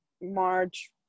March